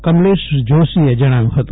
કમલેશ જોશીએ જણાવ્યું હતું